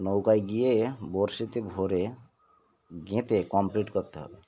নৌকায় গিয়ে বঁড়শিতে ভরেরশি গেঁথে কমপ্লিট করতে হবে